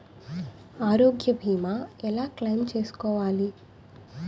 ఆరోగ్య భీమా ఎలా క్లైమ్ చేసుకోవాలి?